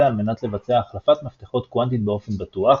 על-מנת לבצע החלפת מפתחות קוונטית באופן בטוח,